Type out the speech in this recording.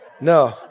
No